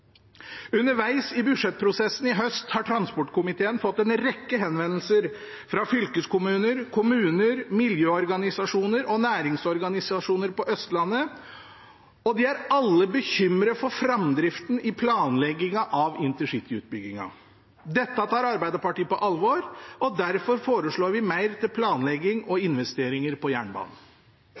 Undervegs i budsjettprosessen i høst har transportkomiteen fått en rekke henvendelser fra fylkeskommuner, kommuner, miljøorganisasjoner og næringsorganisasjoner på Østlandet, og de er alle bekymret for framdriften i planleggingen av InterCity-utbyggingen. Dette tar Arbeiderpartiet på alvor, og derfor foreslår vi mer til planlegging og investeringer på jernbanen.